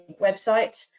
website